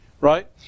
right